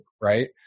right